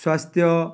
ସ୍ୱାସ୍ଥ୍ୟ